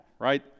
right